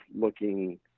looking